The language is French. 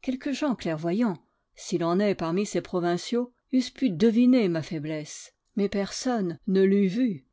quelques gens clairvoyants s'il en est parmi ces provinciaux eussent pu deviner ma faiblesse mais personne ne l'eût vue